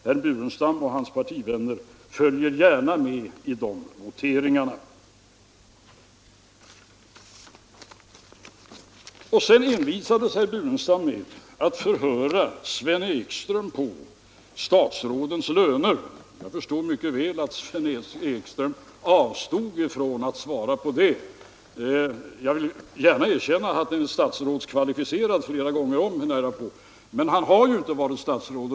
Herr Burenstam Linder och hans partivänner följer gärna med i delvoteringarna. Vidare envisades herr Burenstam Linder med att förhöra Sven Ekström på statsrådens löner. Jag förstår mycket väl att Sven Ekström avstod från att svara på det. Jag skall villigt erkänna att han är statsrådskvalificerad, nära nog flera gånger om, men han har inte varit statsråd.